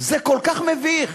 זה כל כך מביך.